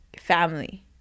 family